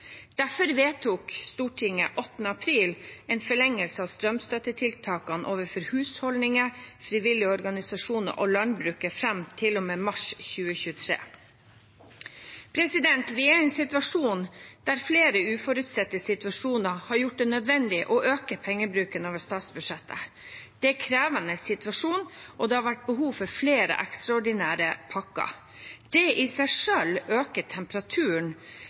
Derfor vedtok Stortinget den 8. april en forlengelse av strømstøttetiltakene overfor husholdninger, frivillige organisasjoner og landbruket fram til og med mars 2023. Vi er i en situasjon der flere uforutsette situasjoner har gjort det nødvendig å øke pengebruken over statsbudsjettet. Det er en krevende situasjon, og det har vært behov for flere ekstraordinære pakker. Det i seg selv øker temperaturen